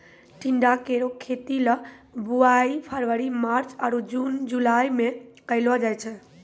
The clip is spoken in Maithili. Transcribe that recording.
टिंडा केरो खेती ल बुआई फरवरी मार्च आरु जून जुलाई में कयलो जाय छै